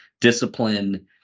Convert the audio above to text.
discipline